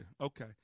Okay